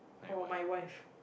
or my wife